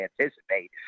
anticipate